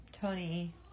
Tony